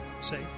say